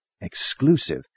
exclusive